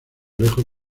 lejos